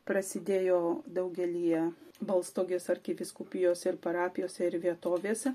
prasidėjo daugelyje balstogės arkivyskupijos ir parapijose ir vietovėse